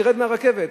תרד מהרכבת,